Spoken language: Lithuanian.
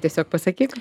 tiesiog pasakyk